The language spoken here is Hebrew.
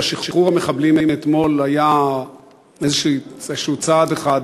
אלא שחרור המחבלים מאתמול היה איזשהו צעד אחד,